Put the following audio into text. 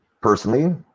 personally